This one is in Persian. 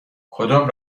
کدام